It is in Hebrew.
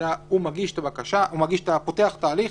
אלא הוא פותח את ההליך,